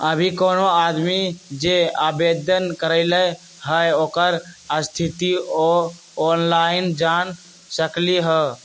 अभी कोनो आदमी जे आवेदन करलई ह ओकर स्थिति उ ऑनलाइन जान सकलई ह